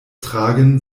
tragen